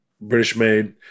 British-made